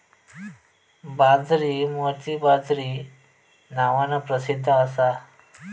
बाजरी मोती बाजरी नावान प्रसिध्द असा